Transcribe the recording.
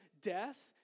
death